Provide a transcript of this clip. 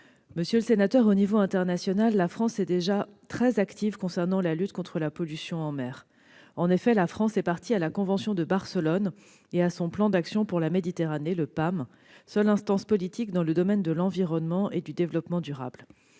vous répondre. À l'échelon international, la France est déjà très active concernant la lutte contre les pollutions en mer. Elle est en effet partie à la convention de Barcelone et à son plan d'action pour la Méditerranée, le PAM, seule instance politique dans le domaine de l'environnement et du développement durable.